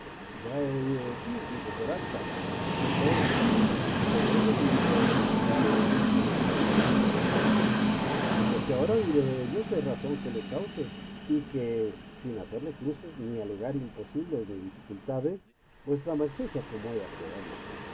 he oído decir dijo peralta que todo es así pero eso no me puede ni debe causar maravilla pues lo que aora diré dellos es razón que la cause y que sin hacerse cruces ni alegar imposibles ni dificultades vuesa merced se acomode a creerlo